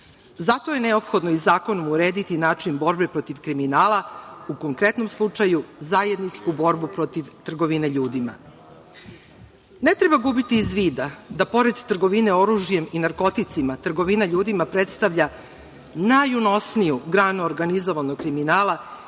je neophodno i zakonom urediti način borbe protiv kriminala, u konkretnom slučaju – zajedničku borbu protiv trgovine ljudima. Ne treba gubiti iz vida da, pored trgovine oružjem i narkoticima, trgovina ljudima predstavlja najunosniju granu organizovanog kriminala